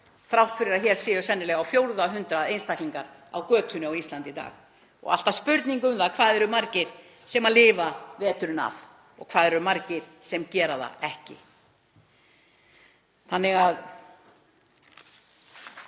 þrátt fyrir að það séu sennilega á fjórða hundrað einstaklinga á götunni á Íslandi í dag. Það er alltaf spurning um það hvað eru margir sem lifa veturinn af og hvað það eru margir sem gera það ekki.